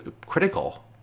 critical